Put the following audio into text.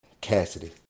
Cassidy